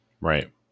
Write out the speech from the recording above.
right